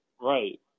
Right